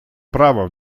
права